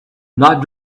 not